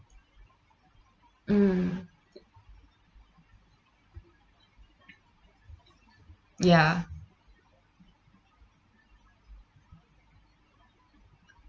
mm ya